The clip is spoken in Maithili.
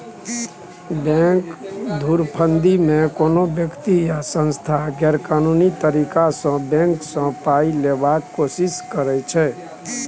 बैंक धुरफंदीमे कोनो बेकती या सँस्था गैरकानूनी तरीकासँ बैंक सँ पाइ लेबाक कोशिश करै छै